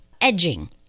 edging